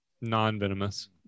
Non-venomous